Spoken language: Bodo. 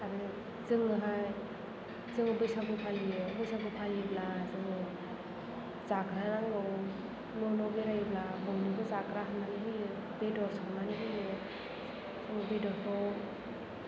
आरो जोंनोहाय जोंङो बैसागु फालियो बैसागु फालिब्ला जोङो जाग्रा नांगौ न' न' बेरायोब्ला बयनोबो जाग्रा होनानै होयो बेदर संनानै होयो बेदरखौ